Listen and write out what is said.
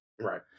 Right